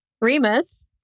Remus